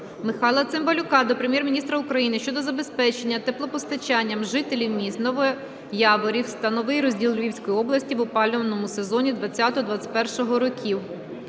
Михайла Цимбалюка до Прем'єр-міністра України щодо забезпечення теплопостачанням жителів міст Новояворівськ та Новий Розділ Львівської області в опалювальному сезоні 20-го, 21-го років.